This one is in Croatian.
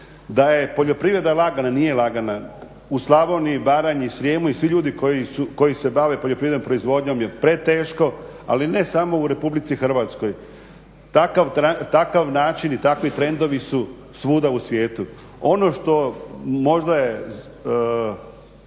Da je poljoprivreda lagana, nije lagana, u Slavoniji, Baranji, Srijemu i svi ljudi koji se bave poljoprivrednom proizvodnjom je preteško, ali ne samo u RH. Takav način i takvi trendovi su svuda u svijetu. Ono što možda je